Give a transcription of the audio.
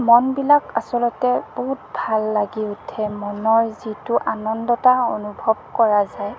মনবিলাক আচলতে বহুত ভাল লাগি উঠে মনৰ যিটো আনন্দতা অনুভৱ কৰা যায়